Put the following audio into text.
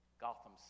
Gotham